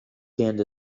penned